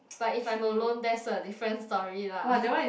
but if I'm alone that's a different story lah